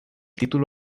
título